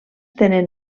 tenen